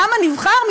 העם הנבחר,